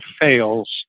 fails